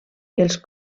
els